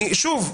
שוב,